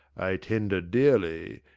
i tender dearly,